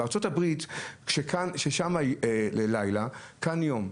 בארצות הברית, כששם לילה כאן יום.